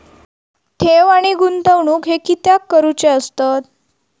ठेव आणि गुंतवणूक हे कित्याक करुचे असतत?